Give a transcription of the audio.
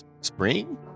spring